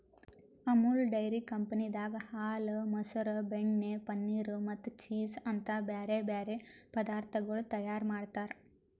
Amul dairy ಕಂಪನಿದಾಗ್ ಹಾಲ, ಮೊಸರ, ಬೆಣ್ಣೆ, ಪನೀರ್ ಮತ್ತ ಚೀಸ್ ಅಂತ್ ಬ್ಯಾರೆ ಬ್ಯಾರೆ ಪದಾರ್ಥಗೊಳ್ ತೈಯಾರ್ ಮಾಡ್ತಾರ್